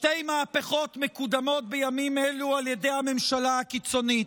שתי מהפכות מקודמות בימים אלו על ידי הממשלה הקיצונית: